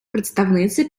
представниця